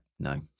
no